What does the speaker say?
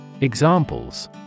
Examples